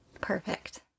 Perfect